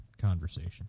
conversation